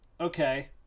Okay